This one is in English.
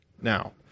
now